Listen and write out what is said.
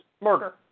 murder